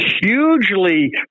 hugely